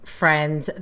friends